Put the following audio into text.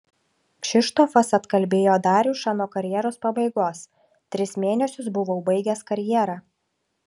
kšištofas atkalbėjo darjušą nuo karjeros pabaigos tris mėnesius buvau baigęs karjerą